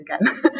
again